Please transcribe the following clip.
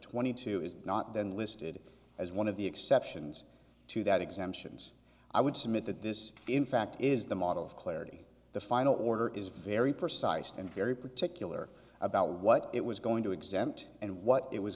twenty two is not then listed as one of the exceptions to that exemptions i would submit that this in fact is the model of clarity the final order is very precise and very particular about what it was going to exempt and what it was